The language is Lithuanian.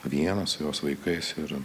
vienas su jos vaikais ir